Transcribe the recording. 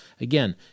Again